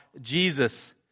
Jesus